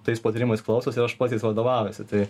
tais patarimais klausos ir aš pats jais vadovaujuosi tai